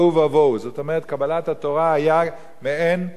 זאת אומרת, קבלת התורה היתה מעין חיזוק